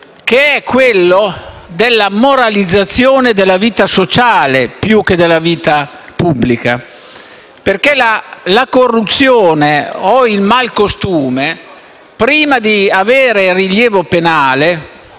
fondamentale della moralizzazione della vita sociale, più che della vita pubblica. La corruzione o il malcostume, infatti, prima di avere rilievo penale,